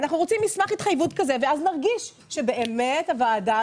אנחנו רוצים מסמך התחייבות כזה ואז נרגיש שבאמת הוועדה